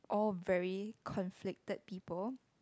all very conflicted people